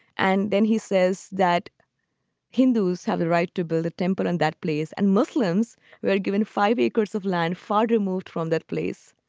and then he says that hindus have the right to build a temple and that place and muslims were given five acres of land far removed from that place.